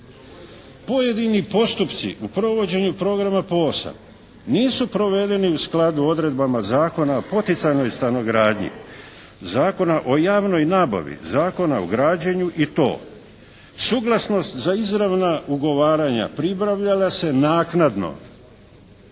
Pojedini postupci u provođenju programa POS-a nisu provedeni u skladu s odredbama Zakona o poticajnoj stanogradnji, Zakona o javnoj nabavi, Zakona o građenju i to suglasnost za izravna ugovaranja pribavljala se naknadno.